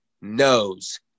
knows